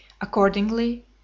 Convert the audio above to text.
Accordingly